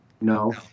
No